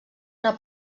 una